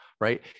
right